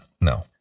no